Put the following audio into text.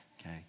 okay